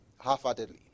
half-heartedly